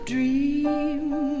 Dream